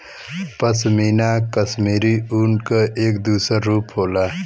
पशमीना कशमीरी ऊन क एक दूसर रूप होला